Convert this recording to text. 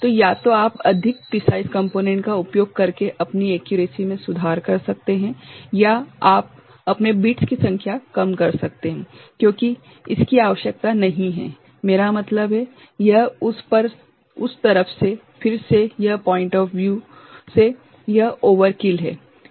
तो या तो आप अधिक प्रिसाइज़ कम्पोनेंट्सका उपयोग करके अपनी एक्यूरेसी में सुधार करते हैं या आप अपने बिट्स की संख्या कम कर सकते हैं क्योंकि इसकी आवश्यकता नहीं है मेरा मतलब है यह उस तरफ से फिर से यह पॉइंट ऑफ व्यूसे यह ओवरकिल है ठीक है